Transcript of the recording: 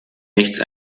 nichts